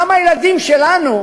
למה הילדים שלנו,